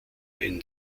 ein